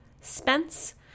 Spence